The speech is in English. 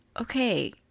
Okay